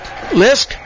Lisk